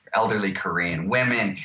elderly korean women,